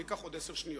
וזה ייקח עוד עשר שניות: